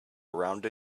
around